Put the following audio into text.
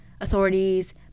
authorities